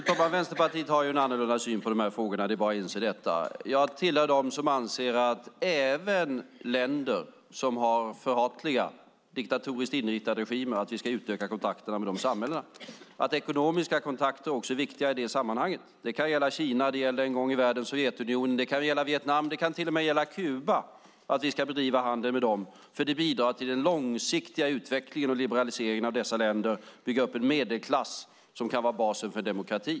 Fru talman! Vänsterpartiet har en annorlunda syn på de här frågorna. Det är bara att inse det. Jag tillhör dem som anser att vi ska utöka kontakterna med samhället även i länder som har förhatliga och diktatoriskt inriktade regimer. Ekonomiska kontakter är också viktiga i det sammanhanget. Det kan gälla Kina. Det gällde en gång i världen Sovjetunionen. Det kan gälla Vietnam och till och med Kuba. Vi ska bedriva handel med dem, för det bidrar till den långsiktiga utvecklingen och liberaliseringen av dessa länder. Det bidrar till att bygga upp en medelklass som kan vara basen för demokrati.